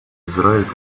израиль